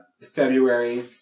February